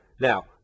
Now